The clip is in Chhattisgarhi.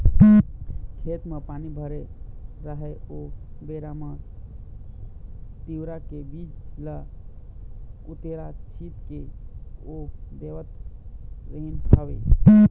खेत म पानी भरे राहय ओ बेरा म तिंवरा के बीज ल उतेरा छिंच के बो देवत रिहिंन हवँय